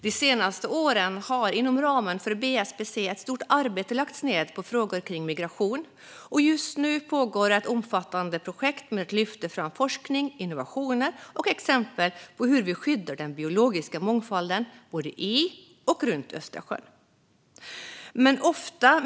De senaste åren har inom ramen för BSPC ett stort arbete lagts ned på frågor kring migration, och just nu pågår ett omfattande projekt för att lyfta fram forskning, innovationer och exempel på hur vi skyddar den biologiska mångfalden både i och runt Östersjön.